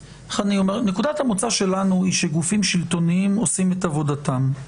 שנקודת המוצא שלנו היא שגופים שלטוניים עושים את עבודתם,